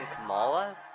Kamala